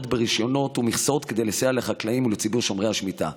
ברישיונות ומכסות כדי לסייע לחקלאים ולציבור שומרי השמיטה.